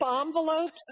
envelopes